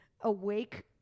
awake